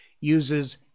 uses